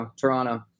Toronto